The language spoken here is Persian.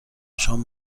شام